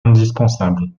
indispensable